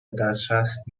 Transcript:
دسترس